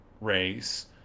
race